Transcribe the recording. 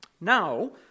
Now